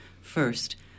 First